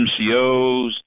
MCOs